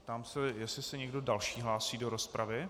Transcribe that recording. Ptám se, jestli se někdo další hlásí do rozpravy.